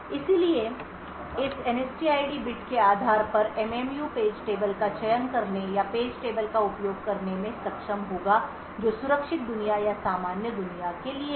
इसलिए इस NSTID bit के आधार पर MMU पेज टेबल का चयन करने या पेज टेबल का उपयोग करने में सक्षम होगा जो सुरक्षित दुनिया या सामान्य दुनिया के लिए हैं